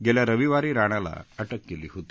गेल्या रविवारी राणाला अटक केली होती